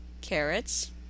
carrots